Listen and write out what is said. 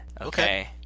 Okay